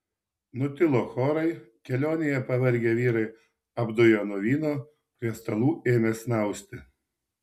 nutilo chorai kelionėje pavargę vyrai apduję nuo vyno prie stalų ėmė snausti